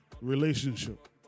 relationship